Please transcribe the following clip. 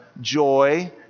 joy